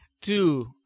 Two